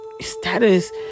Status